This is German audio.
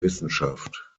wissenschaft